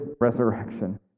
resurrection